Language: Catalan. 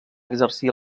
exercir